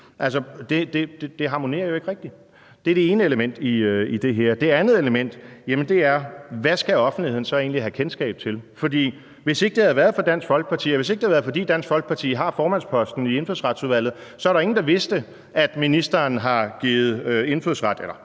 det harmonerer jo ikke rigtig. Det er det ene element i det her. Det andet element er, hvad offentligheden så egentlig skal have kendskab til. For hvis det ikke havde været for Dansk Folkeparti, og hvis ikke det havde været, fordi Dansk Folkeparti har formandsposten i Indfødsretsudvalget, så er der ingen, der vidste, at Folketinget på ministerens